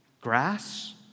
grass